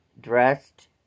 dressed